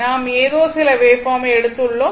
நாம் ஏதோ சில வேவ்பார்ம் ஐ எடுத்துள்ளோம்